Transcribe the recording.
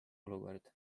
olukord